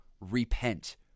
Repent